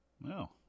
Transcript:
No